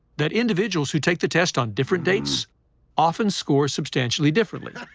that individuals who take the test on different dates often score substantially differently.